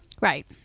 right